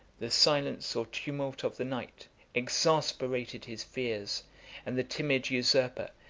the silence or tumult of the night exasperated his fears and the timid usurper,